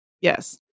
Yes